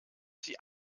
sie